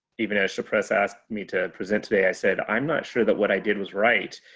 even as shpressa asked me to present today, i said, i'm not sure that what i did was right.